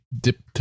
dip